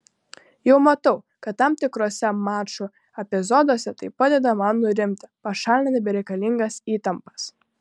jau matau kad tam tikruose mačų epizoduose tai padeda man nurimti pašalina bereikalingas įtampas